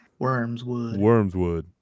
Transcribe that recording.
wormswood